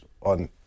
on